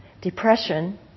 depression